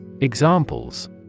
Examples